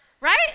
Right